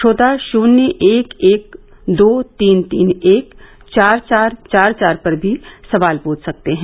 श्रोता शून्य एक एक दो तीन तीन एक चार चार चार पर भी सवाल पूछ सकते हैं